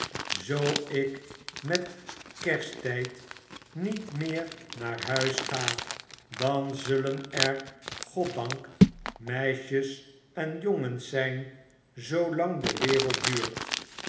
zoo ik met kersttyd niet meer naar huis ga dan zullen er goddank meisjes en jongens zyn zoolang de wereld duurt